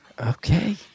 Okay